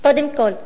קודם כול,